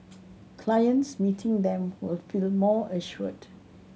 clients meeting them will feel more assured